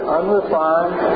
unrefined